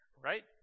right